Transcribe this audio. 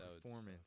performance